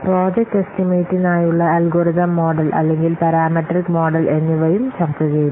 project എസ്റ്റിമേറ്റിനായുള്ള algorithm model അല്ലെങ്കിൽ parametric model എന്നിവയും ചർച്ചചെയ്തു